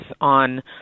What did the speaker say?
on